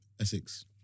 Essex